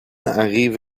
arrive